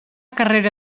carrera